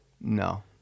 No